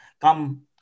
come